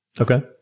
Okay